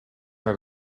naar